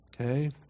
Okay